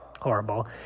horrible